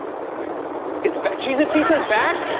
it's back-cheez-it pizza's back!